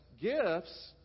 gifts